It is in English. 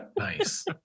nice